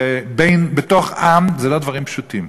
בתוך עם,